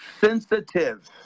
sensitive